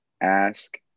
ask